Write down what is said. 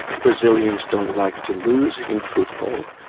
brazilians don't like to lose in football,